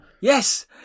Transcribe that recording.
Yes